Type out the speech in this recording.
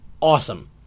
awesome